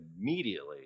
immediately